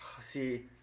see